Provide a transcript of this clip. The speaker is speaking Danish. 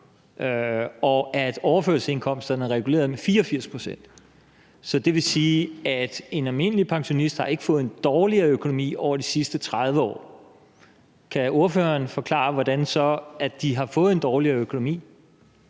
og at overførselsindkomsterne er reguleret med 84 pct. Det vil sige, at en almindelig pensionist ikke har fået en dårligere økonomi over de sidste 30 år. Kan ordføreren forklare, hvordan de så har fået en dårligere økonomi?